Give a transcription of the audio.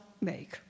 make